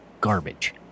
garbage